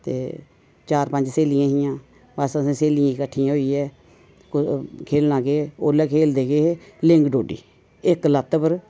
ते चार पंज स्हेलियां ही अस स्हेलियां कट्ठियां होइयै खेलना केह् ओह्लै खेलदे केह् हे लेंग डोडी इक लत्त उप्पर